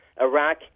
Iraq